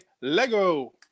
Lego